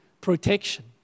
protection